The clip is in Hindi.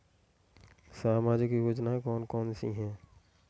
सामाजिक योजना कौन कौन सी हैं?